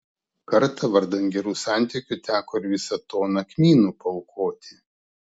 kartą vardan gerų santykių teko ir visą toną kmynų paaukoti